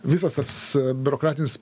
visas tas biurokratinis